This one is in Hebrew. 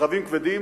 ברכבים כבדים,